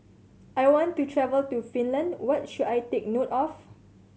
I want to travel to Finland what should I take note of